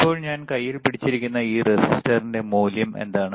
ഇപ്പോൾ ഞാൻ കയ്യിൽ പിടിച്ചിരിക്കുന്ന ഈ റെസിസ്റ്ററിന്റെ മൂല്യം എന്താണ്